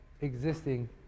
existing